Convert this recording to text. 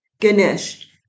Ganesh